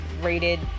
rated